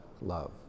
love